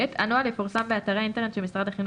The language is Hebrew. (ב) הנוהל יפורסם באתרי האינטרנט של משרד החינוך